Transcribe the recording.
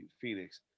Phoenix